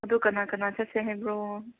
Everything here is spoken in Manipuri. ꯑꯗꯨ ꯀꯅꯥ ꯀꯅꯥ ꯆꯠꯁꯦ ꯍꯥꯏꯕ꯭ꯔꯣ